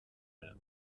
aare